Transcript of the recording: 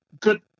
good